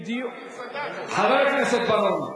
חבר הכנסת בר-און,